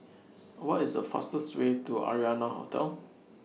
What IS The fastest Way to Arianna Hotel